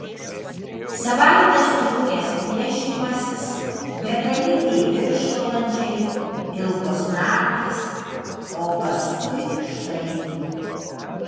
savaites trukęs plėšymasis begaliniai viršvalandžiai ilgos naktys o paskui štai